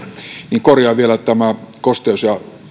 niin korjaan vielä että kosteus ja